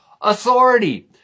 authority